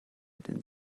denn